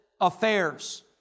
affairs